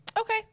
Okay